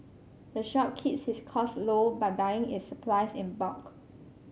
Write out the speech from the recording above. the shop keeps its costs low by buying its supplies in bulk